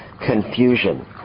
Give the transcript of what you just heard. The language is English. confusion